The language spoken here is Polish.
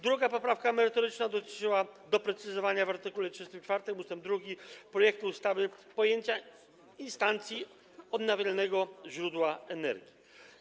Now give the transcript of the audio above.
Druga poprawka merytoryczna dotyczyła doprecyzowania w art. 34 ust. 2 projektu ustawy pojęcia instancji odnawialnego źródła energii.